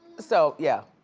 so, yeah,